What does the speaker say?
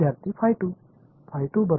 இந்த புலம் சமன்பாடு